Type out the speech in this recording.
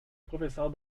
professeur